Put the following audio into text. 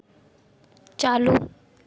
चालू